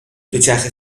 دوچرخه